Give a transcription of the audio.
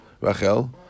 Rachel